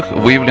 we